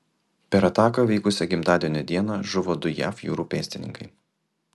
per ataką vykusią gimtadienio dieną žuvo du jav jūrų pėstininkai